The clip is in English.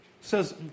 says